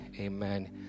Amen